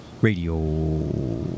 radio